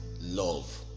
love